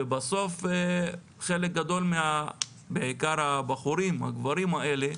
ובסוף חלק גדול, בעיקר הבחורים, הגברים האלה,